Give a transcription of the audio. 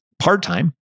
part-time